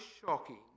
shocking